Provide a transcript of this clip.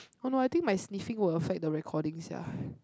oh no I think my sniffing will affect the recording sia